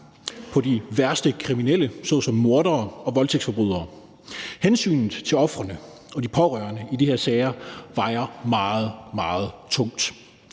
på de værste kriminelle såsom mordere og voldtægtsforbrydere. Hensynet til ofrene og de pårørende i de her sager vejer meget, meget tungt,